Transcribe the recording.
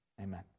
Amen